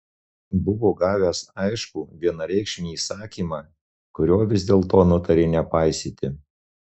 buvo gavęs aiškų vienareikšmį įsakymą kurio vis dėlto nutarė nepaisyti